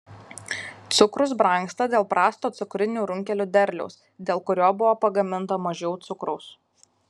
cukrus brangsta dėl prasto cukrinių runkelių derliaus dėl kurio buvo pagaminta mažiau cukraus